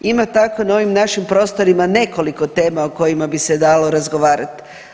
Ima tako na ovim našim prostorima nekoliko tema o kojima bi se dalo razgovarat.